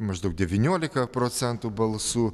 maždaug devyniolika procentų balsų